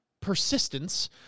persistence